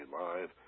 live